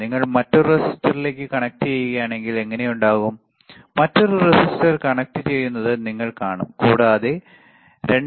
നിങ്ങൾ മറ്റൊരു റെസിസ്റ്ററിലേക്ക് കണക്റ്റുചെയ്യുകയാണെങ്കിൽ എങ്ങനെയുണ്ടാവും മറ്റൊരു റെസിസ്റ്റർ കണക്റ്റുചെയ്യുന്നത് നിങ്ങൾ കാണും കൂടാതെ 2